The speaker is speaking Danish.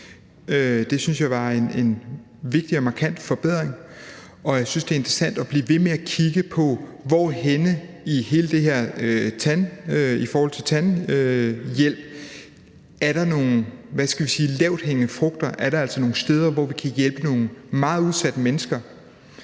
jeg var en vigtig og markant forbedring, og jeg synes, det er interessant at blive ved med at kigge på, hvor der i forhold til hele det her med tandhjælp er, hvad skal man sige, lavthængende frugter: Er der nogle steder, hvor vi kan hjælpe nogle meget udsatte mennesker